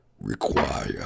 require